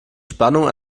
spannung